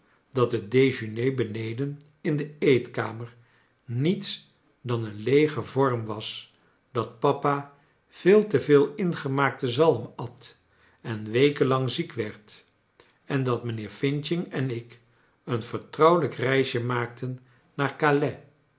dat het dejeuner beneden in de eetkamer niets dan een leege vorm was dat papa veel te veel ingemaakte zalm at en weken lang ziek werd en dat mijnheer f en ik een vertrouwelijk reisje maakten naar